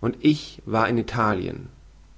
und ich war in italien